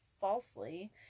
falsely